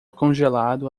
congelado